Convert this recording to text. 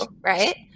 right